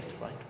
right